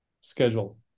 schedule